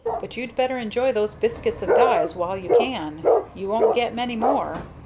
but you'd better enjoy those biscuits of di's while you can you won't get many more!